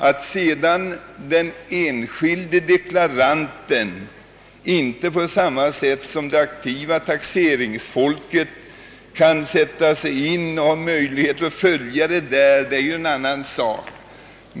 Att sedan den enskilde deklaranten i allmänhet inte på samma sätt som det aktiva taxeringsfolket kan sätta sig in i och har möjligheter att följa detta är ju en annan sak.